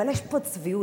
אבל יש פה צביעות,